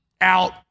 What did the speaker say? out